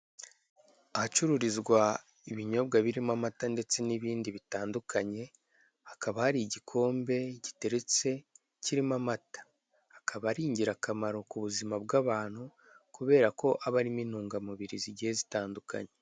Ahacururizwa ibinyobwa birimo amata ndetse n'ibindi bitandukanye, hakaba hari igikombe giteretse kirimo amata. Akaba ari ingirakamaro ku buzima bw'abantu kubera ko abamo intungamubiri zigiye zitandukanye.